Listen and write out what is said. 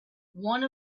one